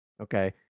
Okay